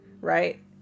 right